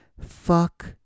Fuck